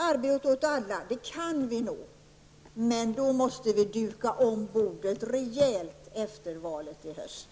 Arbete åt alla kan vi nå, Mona Sahlin, men då måste vi duka om bordet rejält efter valet i höst.